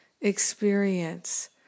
experience